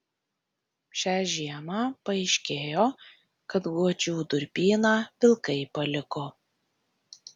šią žiemą paaiškėjo kad guodžių durpyną vilkai paliko